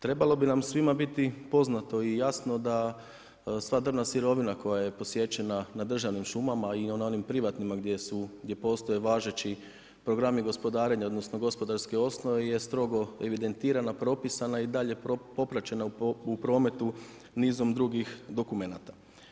Trebalo bi nam svima biti poznato i jasno da sva drvna sirovina koja je posječena na državnim šumama i na onim privatnima gdje postoje važeći programi gospodarenja odnosno gospodarske osnove je strogo evidentirana, propisana i dalje popraćena u prometu nizu drugih dokumenata.